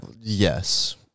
Yes